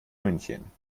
münchen